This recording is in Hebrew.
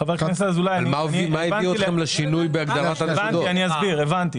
חבר הכנסת אזולאי, אני הבנתי ואני אסביר.